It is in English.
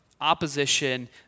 opposition